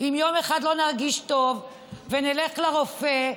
אם יום אחד לא נרגיש טוב ונלך לרופא,